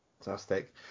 Fantastic